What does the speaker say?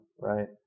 right